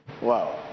wow